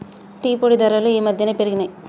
tea పొడి ధరలు ఈ మధ్యన పెరిగినయ్